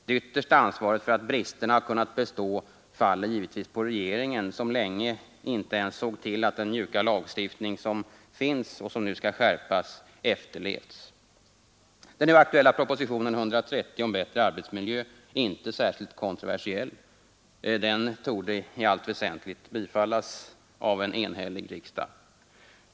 Det yttersta ansvaret för att bristerna kunnat bestå faller givetvis på regeringen, som länge inte ens såg till att den mjuka lagstiftning som finns och som nu skall skärpas har efterlevts. Den nu aktuella propositionen 130 om bättre arbetsmiljö är inte särskilt kontroversiell. Den torde i allt väsentligt bifallas av en enhällig riksdag.